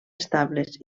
estables